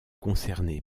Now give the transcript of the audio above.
concernées